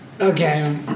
Okay